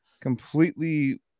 completely